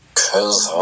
cause